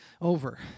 over